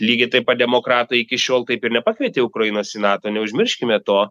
lygiai taip pat demokratai iki šiol taip ir nepakvietė ukrainos į nato neužmirškime to